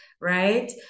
right